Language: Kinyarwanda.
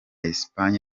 espagne